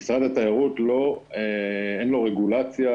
למשרד התיירות אין רגולציה.